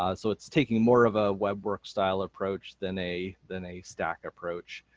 ah so it's taking more of a webwork style approach than a than a stack approach,